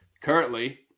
Currently